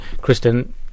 Kristen